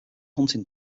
hunting